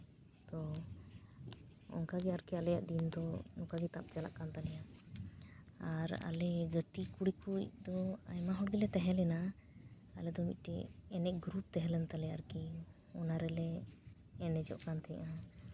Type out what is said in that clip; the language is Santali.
ᱛᱚ ᱚᱱᱠᱟ ᱜᱮ ᱟᱨᱠᱤ ᱟᱞᱮᱭᱟᱜ ᱱᱚᱝᱠᱟ ᱜᱮ ᱛᱟᱵ ᱪᱟᱞᱟᱜ ᱠᱟᱱ ᱛᱟᱦᱮᱭᱟ ᱟᱨ ᱟᱞᱮ ᱜᱟᱛᱮ ᱠᱩᱲᱤ ᱠᱚᱡ ᱫᱚ ᱟᱭᱢᱟ ᱦᱚᱲ ᱜᱮᱞᱮ ᱛᱟᱦᱮᱸ ᱞᱮᱱᱟ ᱟᱞᱮ ᱫᱚ ᱢᱤᱫᱴᱤᱡ ᱮᱱᱮᱡ ᱜᱨᱩᱯ ᱛᱟᱦᱮᱸ ᱞᱮᱱ ᱛᱟᱞᱮᱭᱟ ᱟᱨᱠᱤ ᱚᱱᱟ ᱨᱮᱜᱮ ᱞᱮ ᱮᱱᱮᱡᱚᱜ ᱠᱟᱱ ᱛᱟᱦᱮᱱᱟ